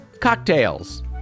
cocktails